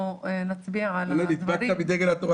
אולי נדבקת בדגל התורה,